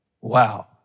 Wow